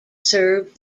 served